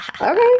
okay